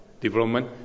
development